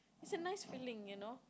it's a nice feeling you know